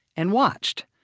and watched.